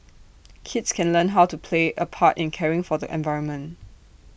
kids can learn how to play A part in caring for the environment